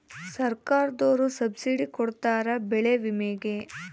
ಸರ್ಕಾರ್ದೊರು ಸಬ್ಸಿಡಿ ಕೊಡ್ತಾರ ಬೆಳೆ ವಿಮೆ ಗೇ